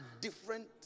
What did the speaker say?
different